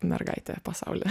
mergaitė pasaulyje